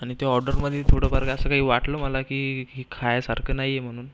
आणि त्या ऑर्डरमध्ये थोडंफार काही असं काही वाटलं मला की हे खायासारखं नाही आहे म्हणून